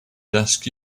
desk